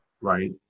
right